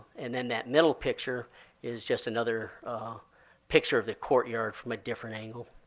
and then that middle picture is just another picture of the courtyard from a different angle.